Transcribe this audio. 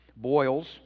Boils